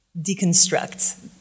deconstruct